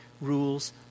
rules